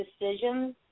decisions